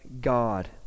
God